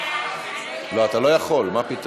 סעיף 6 נתקבל.